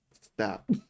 stop